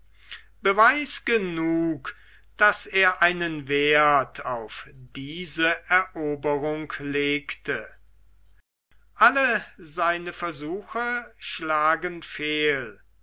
beweis genug daß er einen werth auf diese eroberung legte alle seine versuche schlagen fehl